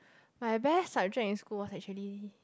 my best subject in school was actually